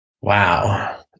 Wow